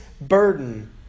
burden